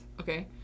Okay